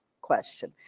question